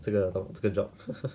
这个这个 jobs